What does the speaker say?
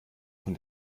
von